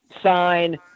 sign